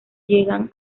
llegan